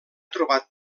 trobat